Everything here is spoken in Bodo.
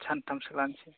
सानथामसो लानोसै